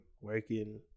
working